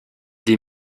des